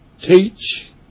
teach